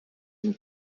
den